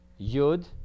Yud